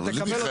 אבל זה מיכאל,